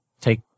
Take